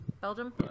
belgium